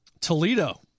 Toledo